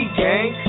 gang